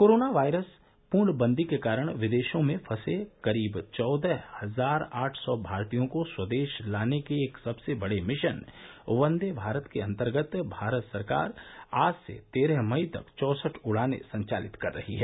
corona virus पूर्णबंदी के कारण विदेशों में फंसे करीब चौदह हजार आठ सौ भारतीयों को स्वदेश लाने के एक सबसे बड़े मिशन वंदे भारत के अंतर्गत सरकार आज से तेरह मई तक चौसठ उड़ानें संचालित कर रही है